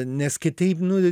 nes kitaip nu